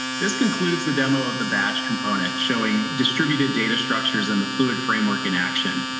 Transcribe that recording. this concludes the demo of the batch component showing distributed data structures and the fluid framework in action.